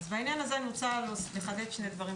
אז בעניין הזה אני רוצה לחדד שני דברים.